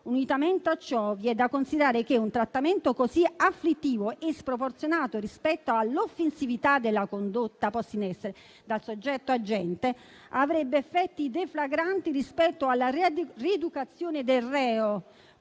Unitamente a ciò, vi è da considerare che un trattamento così afflittivo e sproporzionato rispetto all'offensività della condotta posta in essere dal soggetto agente avrebbe effetti deflagranti rispetto alla rieducazione del reo,